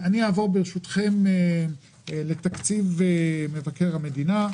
אני אעבור לתקציב מבקר המדינה.